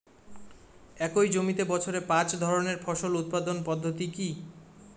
একই জমিতে বছরে পাঁচ ধরনের ফসল উৎপাদন পদ্ধতি কী?